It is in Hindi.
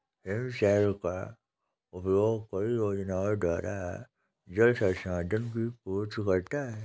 हिमशैल का उपयोग कई योजनाओं द्वारा जल संसाधन की पूर्ति करता है